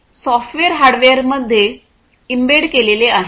software हार्डवेअरमध्ये embed केलेले आहे